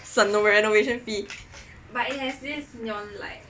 省 the renovation fee